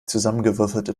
zusammengewürfelte